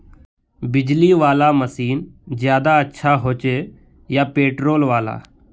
बिजली वाला मशीन ज्यादा अच्छा होचे या पेट्रोल वाला?